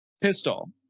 Pistol